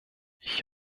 ich